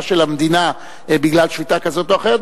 של המדינה בגלל שביתה כזאת או אחרת,